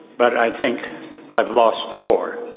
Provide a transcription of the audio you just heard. but i think i've lost the war